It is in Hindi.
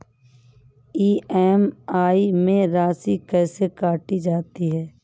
ई.एम.आई में राशि कैसे काटी जाती है?